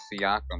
Siakam